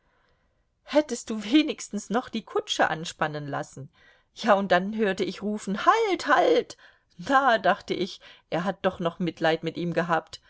hättest du wenigstens noch die kutsche anspannen lassen ja und dann hörte ich rufen halt halt na dachte ich er hat doch noch mitleid mit ihm gehabt